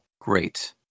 Great